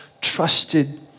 trusted